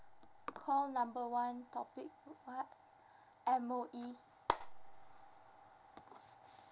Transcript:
call number one topic one M_O_E